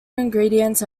ingredients